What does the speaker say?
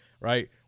right